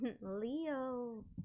Leo